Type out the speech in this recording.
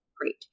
great